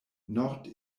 nord